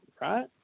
right